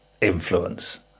Influence